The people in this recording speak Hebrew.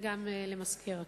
וגם למזכיר הכנסת.